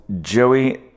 Joey